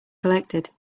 collected